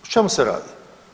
O čemu se radi?